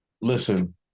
listen